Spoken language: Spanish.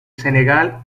senegal